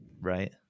right